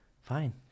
Fine